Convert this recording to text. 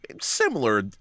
similar